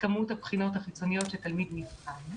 כמות הבחינות החיצוניות שתלמיד נבחן,